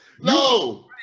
No